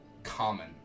common